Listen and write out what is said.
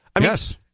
Yes